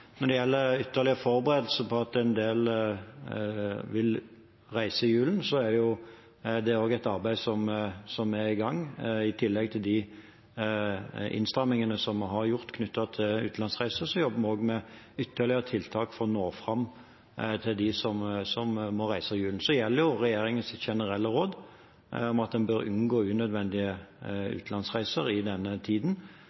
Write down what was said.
Når det gjelder ytterligere forberedelser til at en del vil reise i julen, er det også et arbeid som er i gang. I tillegg til de innstrammingene som vi har gjort knyttet til utenlandsreiser, jobber vi også med ytterligere tiltak for å nå fram til dem som må reise i julen. Så gjelder jo regjeringens generelle råd om at en bør unngå unødvendige